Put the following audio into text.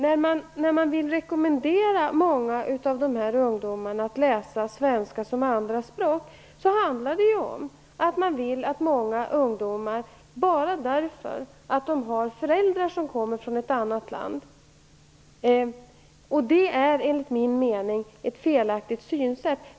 När man vill rekommendera många av de ungdomar som det gäller att läsa svenska som andraspråk handlar det ju om att man vill att de skall göra det bara därför att de har föräldrar som kommer från något annat land. Det är enligt min mening ett felaktigt synsätt.